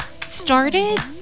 started